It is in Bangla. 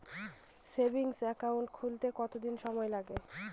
সেভিংস একাউন্ট খুলতে কতদিন সময় লাগে?